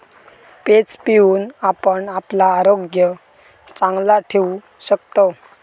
page पिऊन आपण आपला आरोग्य चांगला ठेवू शकतव